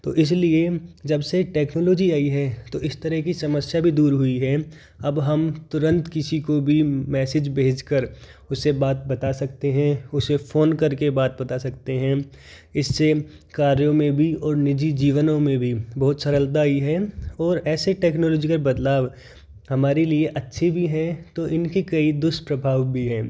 तो इसलिए जबसे टेक्नोलॉजी आई है तो इस तरह की समस्या भी दूर हुई है अब हम तुरंत किसी को भी मैसेज भेज कर उसे बात बता सकते हैं उसे फ़ोन करके बात बता सकते हैं इससे कार्यों में भी और निजी जीवनों में भी बहुत सरलता आई है और ऐसे टेक्नोलॉजिकल बदलाव हमारे लिए अच्छे भी हैं तो इनके कई दुष्प्रभाव भी हैं